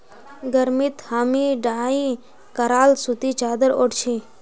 गर्मीत हामी डाई कराल सूती चादर ओढ़ छि